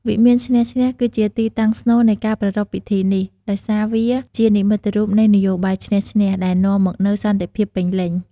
វិមានឈ្នះ-ឈ្នះ គឺជាទីតាំងស្នូលនៃការប្រារព្ធពិធីនេះ ដោយសារវាជានិមិត្តរូបនៃនយោបាយឈ្នះ-ឈ្នះ ដែលនាំមកនូវសន្តិភាពពេញលេញ។